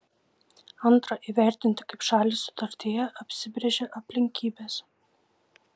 antra įvertinti kaip šalys sutartyje apsibrėžė aplinkybes